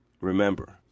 Remember